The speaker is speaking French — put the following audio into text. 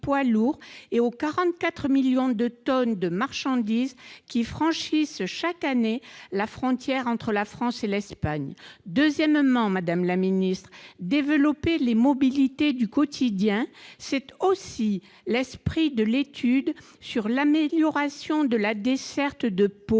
des 44 millions de tonnes de marchandises qui franchissent chaque année par la route la frontière entre la France et l'Espagne. En second lieu, madame la ministre, développer les mobilités du quotidien, c'est aussi l'esprit de l'étude sur l'amélioration de la desserte de Pau